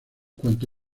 cuanto